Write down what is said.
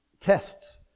tests